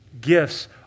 gifts